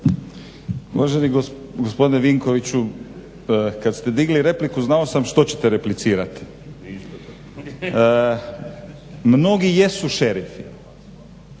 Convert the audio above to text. Uvaženi gospodine Vinkoviću, kad ste digli repliku znao sam što ćete replicirati. Mnogi jesu šerifi,